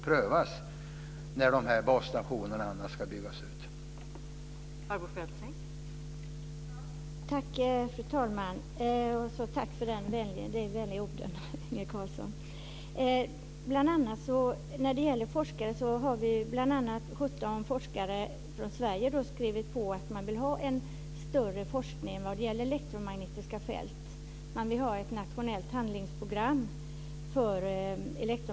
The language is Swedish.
Frågan om när basstationerna ska byggas ut måste prövas.